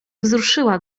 wzruszyła